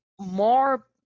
more